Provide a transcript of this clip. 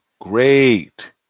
great